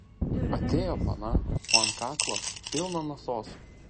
atėjo pana o ant kaklo pilna nasosų